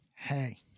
Hey